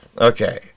Okay